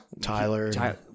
Tyler